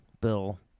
Bill